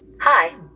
Hi